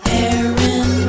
Aaron